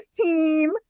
team